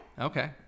Okay